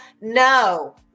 No